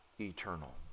eternal